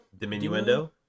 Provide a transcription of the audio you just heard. Diminuendo